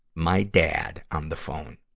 my dad on the phone.